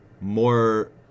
more